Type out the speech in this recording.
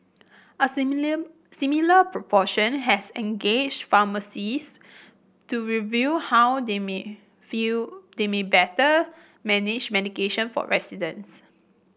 a similar similar proportion has engaged pharmacist to review how they may feel they may better manage medication for residents